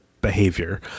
behavior